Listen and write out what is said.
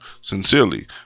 Sincerely